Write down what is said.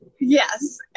Yes